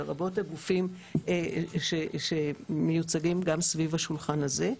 לרבות הגופים שמיוצגים גם סביב השולחן הזה.